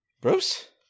Bruce